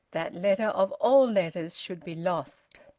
that letter of all letters, should be lost.